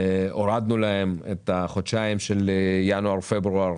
הורדנו להם את החודשיים של ינואר-פברואר